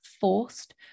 forced